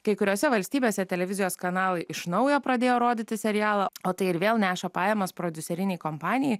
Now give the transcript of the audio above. kai kuriose valstybėse televizijos kanalai iš naujo pradėjo rodyti serialą o tai ir vėl neša pajamas prodiuserinei kompanijai